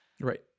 right